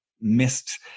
missed